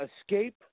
Escape